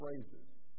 phrases